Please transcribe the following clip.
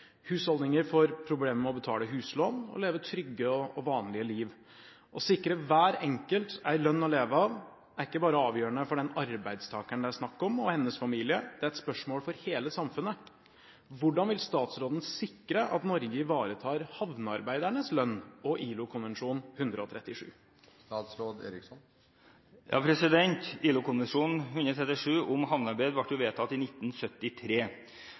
Husholdninger får problemer med å betale huslån, og leve trygge og vanlige liv. Å sikre hver enkelt en lønn å leve av er ikke bare avgjørende for den arbeidstakeren det er snakk om og hennes familie, det er et spørsmål for hele samfunnet. Hvordan vil statsråden sikre at Norge ivaretar havnearbeidernes lønn og ILO-konvensjon 137?» ILO-konvensjon 137 om havnearbeid ble vedtatt i 1973. Hovedformålet i ILO-konvensjonen – artiklene i